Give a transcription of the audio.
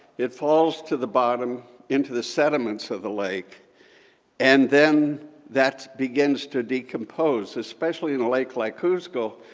it falls to the bottom into the sediments of the lake and then that begins to decompose. especially in a lake like hovsgol,